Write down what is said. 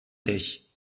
dich